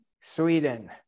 Sweden